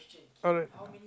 alright